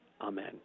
Amen